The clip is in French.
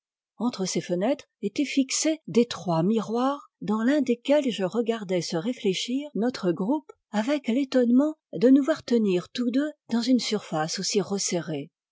entre ces fenêtres étaient fixés d'étroits miroirs dans l'un desquels je regardais se réfléchir notre groupe avec l'étonnement de nous voir tenir tous deux dans une surface aussi resserrée